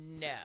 no